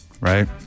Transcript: right